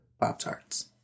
pop-tarts